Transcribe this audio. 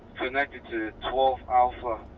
like ah to twelve alpha